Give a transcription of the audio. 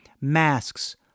Masks